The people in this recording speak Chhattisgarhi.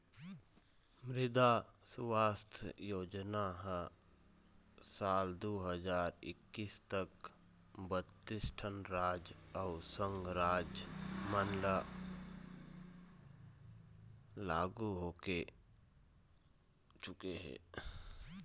मृदा सुवास्थ योजना ह साल दू हजार एक्कीस तक बत्तीस ठन राज अउ संघ राज मन म लागू हो चुके हे